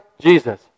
Jesus